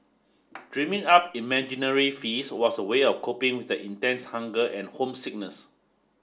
dreaming up imaginary feast was a way of coping with the intense hunger and homesickness